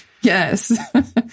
Yes